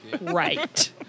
right